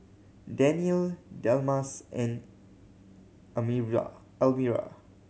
Daniele Delmas and Elmyra